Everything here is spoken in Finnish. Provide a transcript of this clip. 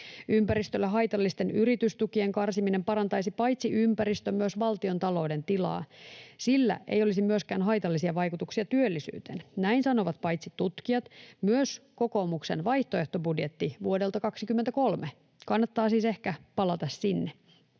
Ympäristölle haitallisten yritystukien karsiminen parantaisi paitsi ympäristön myös valtiontalouden tilaa. Sillä ei olisi myöskään haitallisia vaikutuksia työllisyyteen. Näin sanovat paitsi tutkijat myös kokoomuksen vaihtoehtobudjetti vuodelta 23. Kannattaa siis ehkä palata sinne.